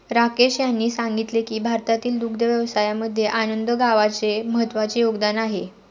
राकेश यांनी सांगितले की भारतातील दुग्ध व्यवसायामध्ये आनंद गावाचे महत्त्वाचे योगदान आहे